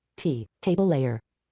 t. table layer.